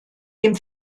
dem